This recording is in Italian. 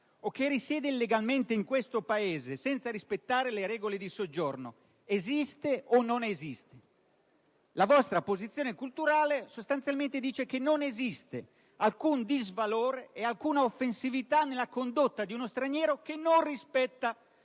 o che vi risiede illegalmente, senza rispettare le regole di soggiorno, esiste o non esiste? Secondo la vostra posizione culturale sostanzialmente non esistono alcun disvalore e alcuna offensività nella condotta di uno straniero che non rispetta